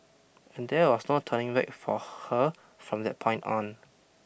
and there was no turning back for her from that point on